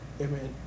Amen